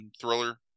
thriller